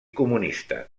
comunista